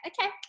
okay